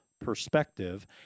perspective